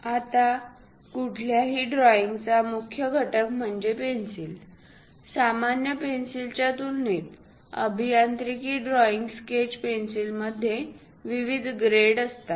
आता कुठल्याही ड्रॉईंगचा मुख्य घटक म्हणजे पेन्सिल सामान्य पेन्सिलच्या तुलनेत अभियांत्रिकी ड्रॉईंग स्केच पेन्सिलमध्ये विविध ग्रेड असतात